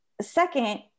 second